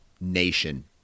nation